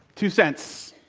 two cents.